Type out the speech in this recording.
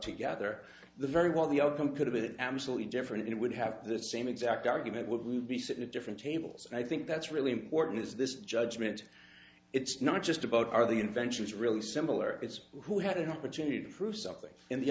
together the very what the outcome could have been absolutely different it would have the same exact argument will be slightly different tables and i think that's really important is this judgement it's not just about are the inventions really similar it's who had an opportunity to prove something in the